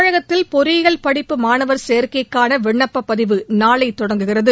தமிழகத்தில் பொறியியல் படிப்பு மாணவர் சேர்க்கைக்கான விண்ணப்ப பதிவு நாளை தொடங்குகிறது